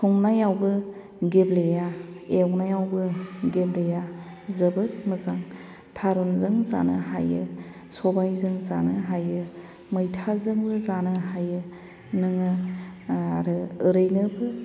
संनायावबो गेब्लेया एवनायावबो गेब्लेया जोबोद मोजां थारुनजों जानो हायो सबाइजों जानो हायो मैथाजोंबो जानो हायो नोङो आरो ओरैनोबो